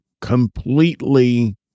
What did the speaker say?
completely